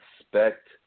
expect